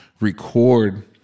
record